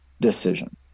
decision